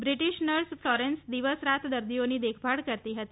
British nurse Florence દિવસ રાત દર્દીઓની દેખભાળ કરતી હતી